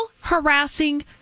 harassing